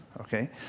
okay